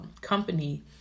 company